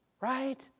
right